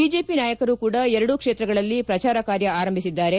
BJP ನಾಯಕರು ಕೂಡ ಎರಡೂ ಕ್ಷೇತ್ರಗಳಲ್ಲಿ ಪುಚಾರ ಕಾರ್ಯ ಆರಂಭಿಸಿದ್ದಾರೆ